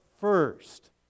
first